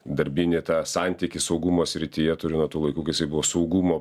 darbinį tą santykį saugumo srityje turiu nuo tų laikų kai jisai buvo saugumo